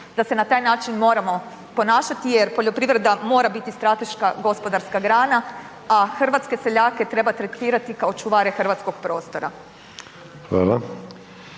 da se na taj način moramo ponašati jer poljoprivreda mora biti strateška gospodarska grana, a hrvatske seljake treba tretirati kao čuvare hrvatskog prostora.